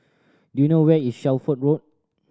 do you know where is Shelford Road